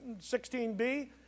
16b